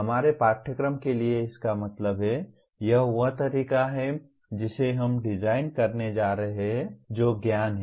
हमारे पाठ्यक्रम के लिए इसका मतलब है यह वह तरीका है जिसे हम डिजाइन करने जा रहे हैं जो ज्ञान है